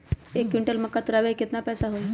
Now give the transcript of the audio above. एक क्विंटल मक्का तुरावे के केतना पैसा होई?